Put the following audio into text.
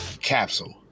Capsule